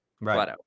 Right